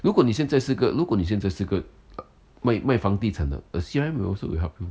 如果你现在是个如果你现在是个卖卖房地产的 the C_R_M will also will help you